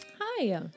Hi